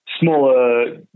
smaller